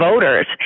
voters